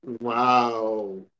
Wow